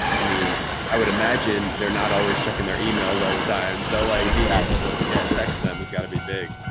i mean, i would imagine they're not always checking their emails all the time. so like being able to yeah text them, it's got to be big.